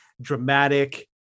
dramatic